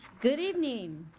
good evening.